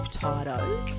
Potatoes